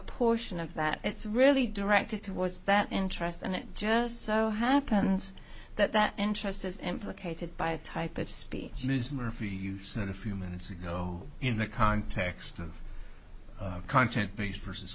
portion of that it's really directed towards that interest and it just so happens that that interest is implicated by a type of speech ms murphy you said a few minutes ago in the context of content based versus